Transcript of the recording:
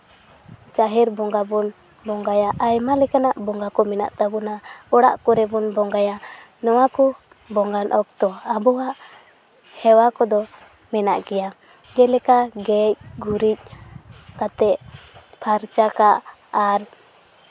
ᱡᱟᱦᱮᱨ ᱵᱚᱸᱜᱟ ᱵᱚᱱ ᱵᱚᱸᱜᱭᱟ ᱟᱭᱢᱟ ᱞᱮᱠᱟᱱᱟᱜ ᱵᱚᱸᱜᱟ ᱠᱚ ᱢᱮᱱᱟᱜ ᱛᱟᱵᱚᱱᱟ ᱚᱲᱟᱜ ᱠᱚᱨᱮ ᱵᱚᱱ ᱵᱚᱸᱜᱟᱭᱟ ᱱᱚᱣᱟ ᱠᱚ ᱵᱚᱸᱜᱟᱱ ᱚᱠᱛᱚ ᱟᱵᱚᱣᱟᱜ ᱦᱮᱣᱟ ᱠᱚᱫᱚ ᱢᱮᱱᱟᱜ ᱜᱮᱭᱟ ᱡᱮᱞᱮᱠᱟ ᱜᱮᱡᱼᱜᱩᱨᱤᱡᱽ ᱠᱟᱛᱮᱜ ᱯᱷᱟᱨᱪᱟ ᱠᱟᱜ ᱟᱨ